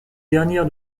dernière